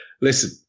Listen